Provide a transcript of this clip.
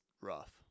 rough